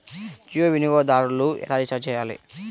జియో వినియోగదారులు ఎలా రీఛార్జ్ చేయాలి?